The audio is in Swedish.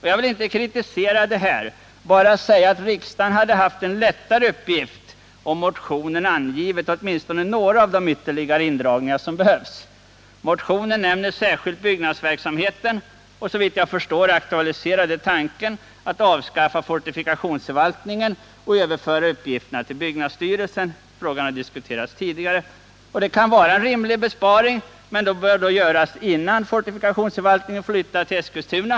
Jag vill inte kritisera detta utan bara säga att riksdagen hade haft en lättare uppgift, om det i motionen hade angivits åtminstone några av de ytterligare indragningar som behövs. I motionen nämns särskilt byggnadsverksamheten, och såvitt jag förstår aktualiserar det tanken att avskaffa fortifikationsförvaltningen och överföra uppgifterna till byggnadsstyrelsen. Frågan har diskuterats tidigare. Det kan vara en rimlig besparing, men detta bör då göras innan fortifikationsförvaltningen flyttas till Eskilstuna.